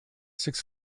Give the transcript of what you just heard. six